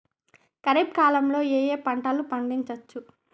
ఖరీఫ్ కాలంలో ఏ ఏ పంటలు పండించచ్చు?